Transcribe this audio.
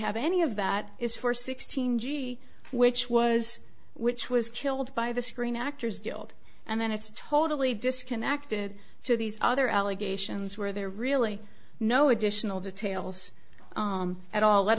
have any of that is for sixteen g b which was which was killed by the screen actors guild and then it's totally disconnected to these other allegations where there are really no additional details at all let